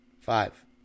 Five